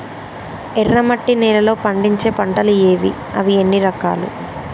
ఎర్రమట్టి నేలలో పండించే పంటలు ఏవి? అవి ఎన్ని రకాలు?